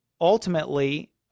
ultimately